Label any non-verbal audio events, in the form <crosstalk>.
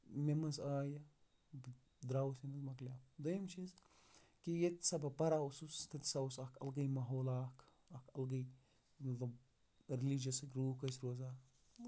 مےٚ منٛز آیہِ بہٕ دراوُس <unintelligible> مۄکلیو دوٚیِم چیٖز کہِ ییٚتہِ ہسا بہٕ پَران اوسُس تَتہِ ہسا اوس اکھ الگٕے ماحولا اکھ اکھ الگٕے مطلب ریلِجس لوٗکھ ٲسۍ روزان